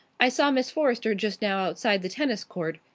i saw miss forrester just now outside the tennis court.